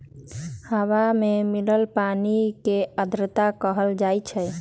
हवा में मिलल पानी के आर्द्रता कहल जाई छई